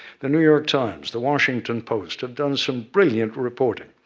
the new york times, the washington post have done some brilliant reporting.